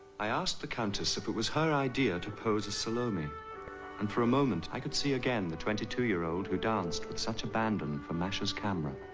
i asked the countess if it was her idea to pose as salome and for a moment i could see again the twenty two year old who danced with such abandon for masher's camera.